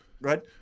right